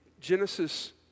Genesis